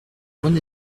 bon